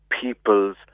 people's